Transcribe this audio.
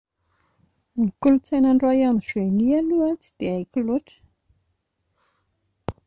Ny kolotsaina any Royaume-Uni aloha tsy dia haiko loatra